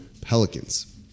Pelicans